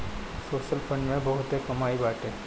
social fund में बहुते कमाई बाटे